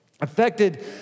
affected